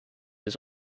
his